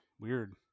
weird